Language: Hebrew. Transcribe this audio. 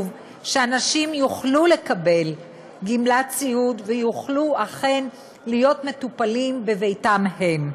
שאנשים יוכלו לקבל גמלת סיעוד ויוכלו אכן להיות מטופלים בביתם שלהם.